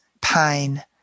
Pine